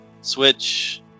Switch